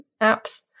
apps